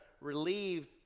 relieve